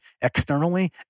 externally